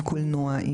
עם קולנוע,